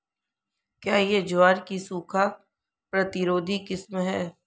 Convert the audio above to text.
क्या यह ज्वार की सूखा प्रतिरोधी किस्म है?